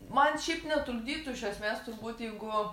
man šiaip netrukdytų iš esmės turbūt jeigu